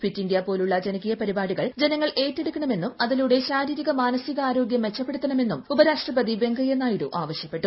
fit India പോലുള്ള ജനകീയ പരിപാടികൾ ജനങ്ങൾ ഏറ്റെടുക്കണമെന്നും അതിലൂടെ ശാരീരിക മാനസിക ആരോഗ്യം മെച്ചപ്പെടുത്തണമെന്നും ഉപരാഷ്ട്രപതി വെങ്കയ്യ നായിഡു ആവശ്യപ്പെട്ടു